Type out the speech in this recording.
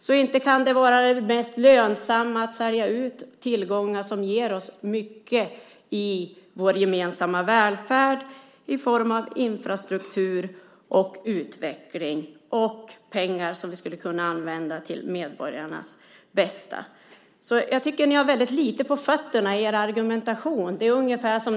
Då kan det mest lönsamma inte vara att sälja ut tillgångar som ger mycket för vår gemensamma välfärd i form av infrastruktur och utveckling, pengar som vi skulle kunna använda för medborgarnas bästa. Jag tycker alltså att ni har väldigt lite på fötterna när det gäller er argumentation.